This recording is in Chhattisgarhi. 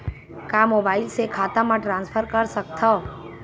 का मोबाइल से खाता म ट्रान्सफर कर सकथव?